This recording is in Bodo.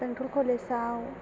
बेंटल कलेज आव